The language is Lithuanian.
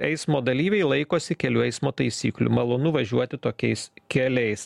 eismo dalyviai laikosi kelių eismo taisyklių malonu važiuoti tokiais keliais